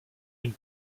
une